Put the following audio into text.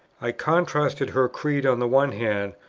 i contrasted her creed on the one hand,